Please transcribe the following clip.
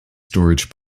storage